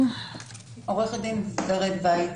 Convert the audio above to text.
תודה.